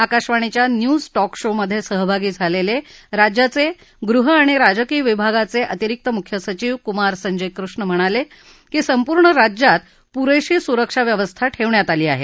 आकाशवाणीच्या news talk show मध्ये सहभागी झालेले राज्याचे गृह आणि राजकीय विभागाचे अतिरिक्त मुख्य सचिव कुमार संजय कृष्ण म्हणाले की संपूर्ण राज्यात पुरेशी सुरक्षा व्यवस्था ठेवण्यात आली आहे